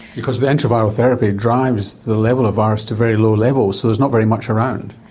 because the anti-viral therapy drives the level of virus to very low levels, so there's not very much around.